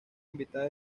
invitada